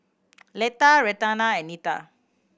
Letha Renata and Nita